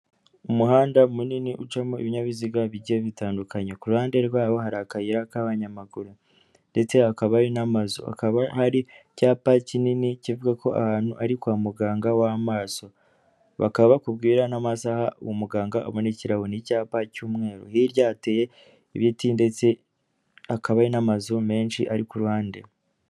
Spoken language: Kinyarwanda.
Umuhanda munini ucamo ibinyabiziga bigiye bitandukanye, ku ruhande rwaho hari akayira k'abanyamaguru ndetse hakaba hari n'amazu, hakaba hari icyapa kinini kivuga ko ahantu ari kwa muganga w'amaso, bakaba bakubwira n'amasaha muganga abonekeraho, ni icyapa cy'umweru, hirya hateye ibiti ndetse hakaba hari n'amazu menshi ari ku ruhande.